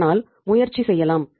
அதனால் முயற்சி செய்யலாம்